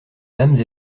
dames